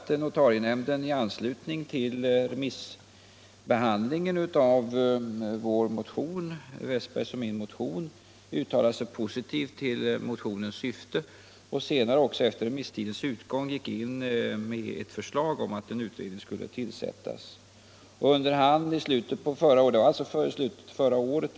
Notarienämnden har i anslutning till behandlingen av motionen av herr Westberg i Ljusdal och mig uttalat sig positivt om motionens syfte och efter remisstidens utgång också kommit in med ett förslag om att en utredning skulle tillsättas. Detta hände alltså i slutet av förra året.